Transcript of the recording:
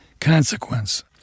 consequence